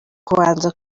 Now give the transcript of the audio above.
kubanza